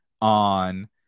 on